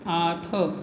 आठ